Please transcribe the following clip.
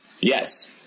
Yes